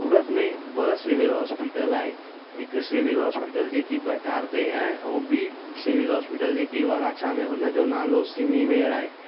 सूरत में ॿ civil hospital आहे हिक सिविल हॉस्पिटल जेकी भटार ते आहे ऐं ॿी सिविल हॉस्पिटल जेकी वराछा में हुनजो नालो सिमिमेर आहे